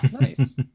Nice